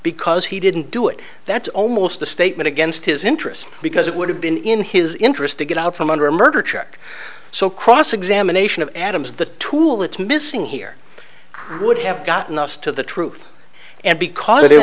because he didn't do it that's almost a statement against his interest because it would have been in his interest to get out from under a murder check so cross examination of adams the tool it's missing here would have gotten us to the truth and because